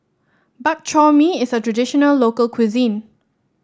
Bak Chor Mee is a traditional local cuisine